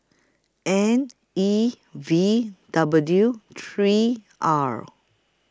N E V W three R